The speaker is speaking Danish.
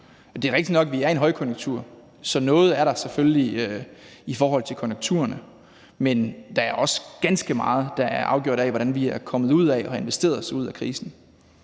Det er rigtigt nok, at vi er i en højkonjunktur, så noget er der selvfølgelig i forhold til konjunkturerne, men der er også ganske meget, der er afgjort af, hvordan vi er kommet ud af og har investeret os ud af krisen,